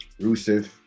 Rusev